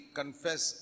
confess